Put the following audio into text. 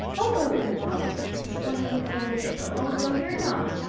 oh, no, you're not! exclaimed the youngish girl. oh, no, you're not!